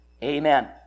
Amen